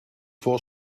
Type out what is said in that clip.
vor